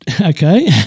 Okay